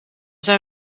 zijn